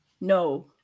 No